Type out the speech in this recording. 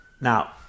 Now